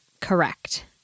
Correct